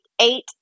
eight